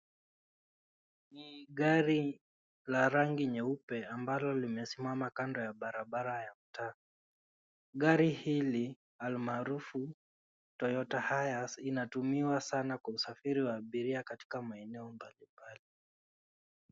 Ni gari la rangi nyeupe ambalo lime simama kando ya barabara ya mtaa. Gari hili almaarufu Toyota Hilux ina tumiwa sana kwa usafiri wa abiria katika maeneo mbali mbali.